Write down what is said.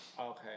okay